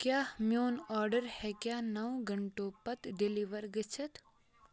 کیٛاہ میون آرڈر ہیٚکیٛاہ نَو گنٹو پتہٕ ڈیٚلِور گٔژھِتھ